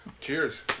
Cheers